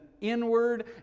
inward